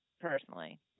personally